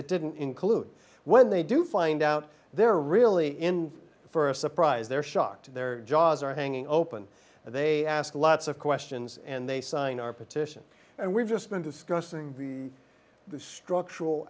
it didn't include when they do find out they're really in for a surprise they're shocked their jaws are hanging open and they ask lots of questions and they sign our petition and we've just been discussing the the structural